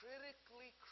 Critically